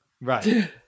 Right